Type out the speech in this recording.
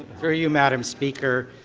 through you madam speaker,